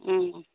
उम